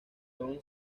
tom